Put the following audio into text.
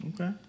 Okay